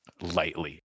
lightly